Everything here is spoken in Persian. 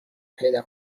پیدا